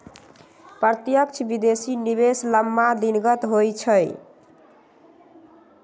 प्रत्यक्ष विदेशी निवेश लम्मा दिनगत होइ छइ